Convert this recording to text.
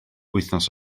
wythnos